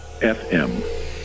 FM